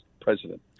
president